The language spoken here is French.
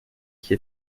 qui